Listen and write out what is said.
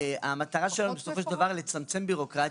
המטרה שלנו בסופו של דבר לצמצם ביורוקרטיה,